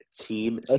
Team